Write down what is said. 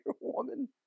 woman